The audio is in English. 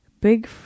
Big